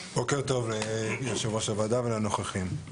בוקר טוב ליושב-ראש הוועדה ולנוכחים.